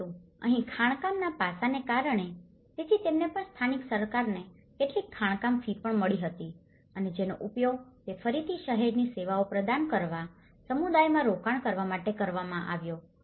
પરંતુ અહીં ખાણકામના પાસાને કારણે તેથી તેમને પણ સ્થાનિક સરકારને કેટલીક ખાણકામ ફી પણ મળી હતી અને જેનો ઉપયોગ તે ફરીથી શહેરની સેવાઓ પ્રદાન કરવા અને સમુદાયમાં રોકાણ કરવા માટે કરવામાં આવ્યો છે